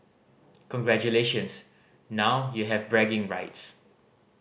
congratulations now you have bragging rights